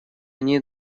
они